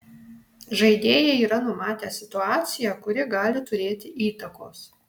žaidėjai yra numatę situaciją kuri gali turėti įtakos